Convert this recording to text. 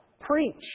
preach